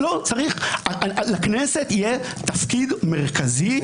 לכנסת יהיה תפקיד מרכזי גם.